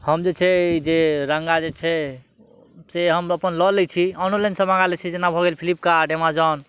हम जे छै जे रङ्ग जे छै से हम अपन लऽ लै छी ऑनलाइनसँ मंगा लै छी जेना भऽ गेल फ्लिपकार्ट अमोजन